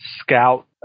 scout